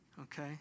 okay